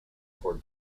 for